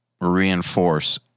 reinforce